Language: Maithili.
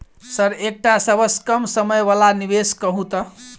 सर एकटा सबसँ कम समय वला निवेश कहु तऽ?